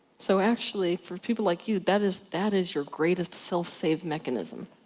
so, actually for people like you, that is that is your greatest self save mechanism.